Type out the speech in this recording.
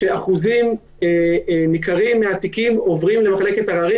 שאחוזים ניכרים מהתיקים עוברים למחלקת עררים,